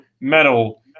metal